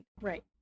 Right